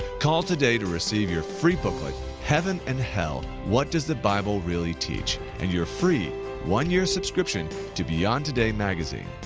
call today to receive your free booklet heaven and hell what does the bible really teach? and your free one year subscription to beyond today magazine.